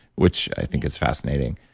which i think is fascinating.